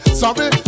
sorry